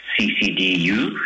CCDU